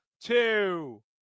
two